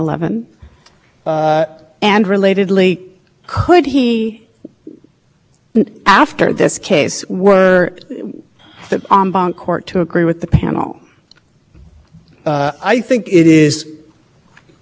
need cause here judge question rather than branching out into this other area there were clear options available to